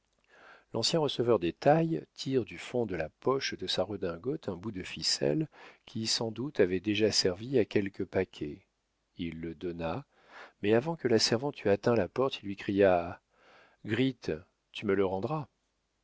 l'ancien receveur des tailles tire du fond de la poche de sa redingote un bout de ficelle qui sans doute avait déjà servi à quelque paquet il le donna mais avant que la servante eût atteint la porte il lui cria gritte tu me le rendras